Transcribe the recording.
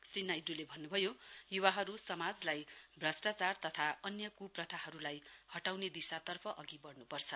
श्री नाइडूले भन्न्भयो य्वाहरू समाजलाई भ्रष्टाचार तथा अन्य क्प्रथाहरूलाई हटाउने दिशातर्फ अधि आउन्पर्छ